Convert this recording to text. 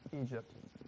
Egypt